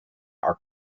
are